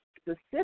specific